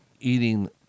eating